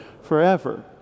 forever